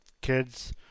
kids